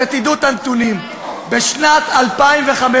שתדעו את הנתונים: בשנת 2015,